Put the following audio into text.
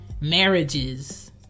marriages